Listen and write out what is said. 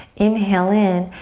inhale in,